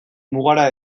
mugara